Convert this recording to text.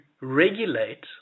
regulate